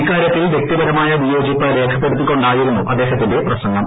ഇക്കാര്യത്തിൽ വ്യക്തിപരമായ വിയോജിപ്പ് രേഖപ്പെടുത്തികൊണ്ടായിരുന്നു അദ്ദേഹത്തിന്റെ പ്രസംഗം